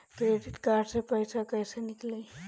Credit card से पईसा केइसे निकली?